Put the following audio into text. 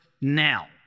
now